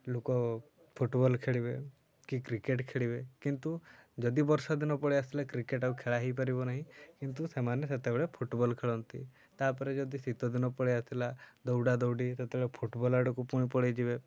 ଲୋକ ଫୁଟବଲ୍ ଖେଳିବେ କି କ୍ରିକେଟ୍ ଖେଳିବେ କିନ୍ତୁ ଯଦି ବର୍ଷା ଦିନ ପଳେଇ ଆସିଲା କ୍ରିକେଟ୍ ଆଉ ଖେଳା ହେଇପାରିବ ନାହିଁ କିନ୍ତୁ ସେମାନେ ସେତେବେଳେ ଫୁଟବଲ୍ ଖେଳନ୍ତି ତା'ପରେ ଯଦି ଶୀତ ଦିନ ପଳେଇ ଆସିଲା ଦୌଡ଼ା ଦୌଡ଼ି ସେତେବେଳେ ଫୁଟବଲ୍ ଆଡ଼କୁ ପୁଣି ପଳାଇଯିବେ